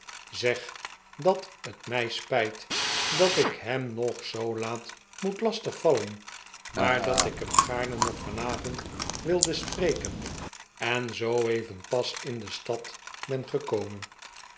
zeg dat het mij spijt dat ik hem nog zoo laat moet lastig vallen maar dat ik hem gaarne nog vanavond wilde spreken en zooeven pas in de stad ben gekomen